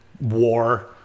war